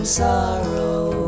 sorrow